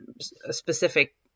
specific